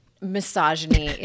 misogyny